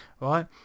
right